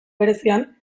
berezian